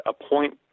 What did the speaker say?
appoint